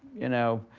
you know,